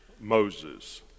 Moses